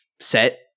set